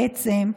בעצם,